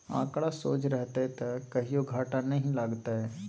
आंकड़ा सोझ रहतौ त कहियो घाटा नहि लागतौ